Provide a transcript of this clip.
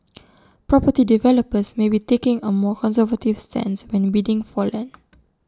property developers may be taking A more conservative stance when bidding for land